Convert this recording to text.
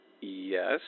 Yes